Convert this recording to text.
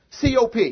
COP